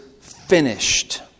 finished